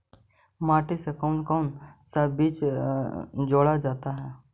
माटी से कौन कौन सा बीज जोड़ा जाता है?